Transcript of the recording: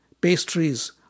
pastries